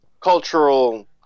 cultural